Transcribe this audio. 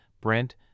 Brent